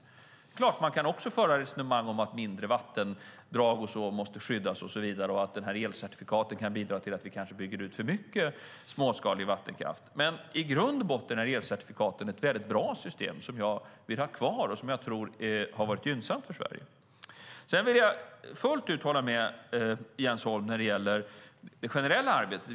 Det är klart att man kan föra resonemang om att mindre vattendrag måste skyddas och att elcertifikaten kan leda till att vi bygger ut för mycket småskalig vattenkraft. Men i grund och botten är elcertifikaten ett väldigt bra system som jag vill ha kvar och som jag tror har varit gynnsamt för Sverige. Sedan vill jag fullt ut hålla med Jens Holm när det gäller det generella arbetet.